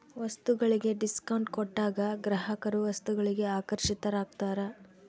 ವಸ್ತುಗಳಿಗೆ ಡಿಸ್ಕೌಂಟ್ ಕೊಟ್ಟಾಗ ಗ್ರಾಹಕರು ವಸ್ತುಗಳಿಗೆ ಆಕರ್ಷಿತರಾಗ್ತಾರ